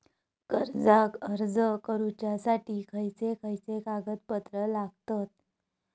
कर्जाक अर्ज करुच्यासाठी खयचे खयचे कागदपत्र लागतत